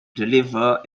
deliver